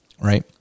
right